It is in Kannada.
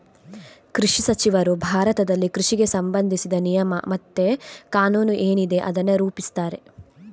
ಕೃಷಿ ಸಚಿವರು ಭಾರತದಲ್ಲಿ ಕೃಷಿಗೆ ಸಂಬಂಧಿಸಿದ ನಿಯಮ ಮತ್ತೆ ಕಾನೂನು ಏನಿದೆ ಅದನ್ನ ರೂಪಿಸ್ತಾರೆ